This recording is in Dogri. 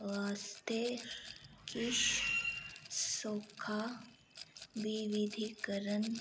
आस्तै किश सौखा बिबिधीकरण